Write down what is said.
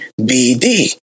BD